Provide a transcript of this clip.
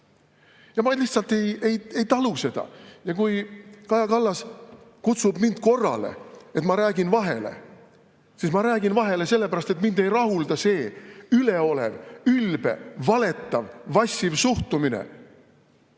Ma lihtsalt ei talu seda. Ja kui Kaja Kallas kutsub mind korrale, sest ma räägin vahele, siis ma räägin vahele selle pärast, et mind ei rahulda see üleolev, ülbe, valetav, vassiv suhtumine.